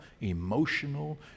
emotional